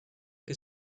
que